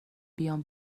بیام